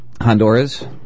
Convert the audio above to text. Honduras